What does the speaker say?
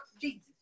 Jesus